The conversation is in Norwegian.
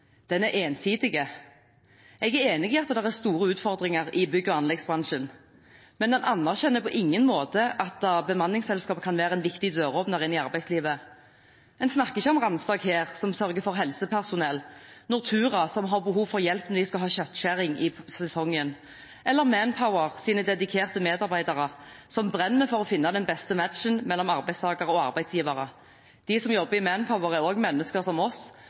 Den er ensidig. Jeg er enig i at det er store utfordringer i bygg- og anleggsbransjen, men en anerkjenner på ingen måte at bemanningsselskaper kan være en viktig døråpner inn i arbeidslivet. En snakker ikke om Randstad Care, som sørger for helsepersonell, Nortura, som har behov for hjelp til kjøttskjæring i sesongen eller Manpowers dedikerte medarbeidere, som brenner for å finne den beste matchen mellom arbeidstaker og arbeidsgiver. De som jobber i Manpower, er også mennesker som oss,